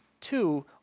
two